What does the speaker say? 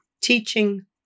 teaching